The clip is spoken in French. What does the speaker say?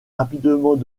rapidement